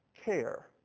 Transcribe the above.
care